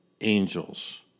Angels